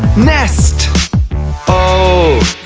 nest o,